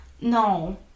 no